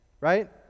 Right